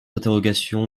interrogations